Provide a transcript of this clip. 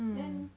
then